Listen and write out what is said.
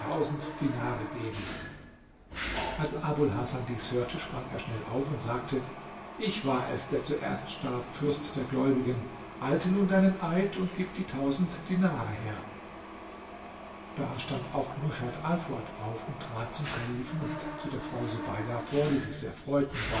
tausend dinare geben als abul hasan dies hörte sprang er schnell auf und sagte ich war es der zuerst starb fürst der gläubigen halte nun deinen eid und gib die tausend dinare her dann stand auch rushat alfuad auf und trat zum kalifen und zu der frau subeida vor die sich sehr freuten